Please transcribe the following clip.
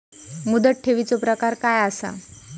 मुदत ठेवीचो प्रकार काय असा?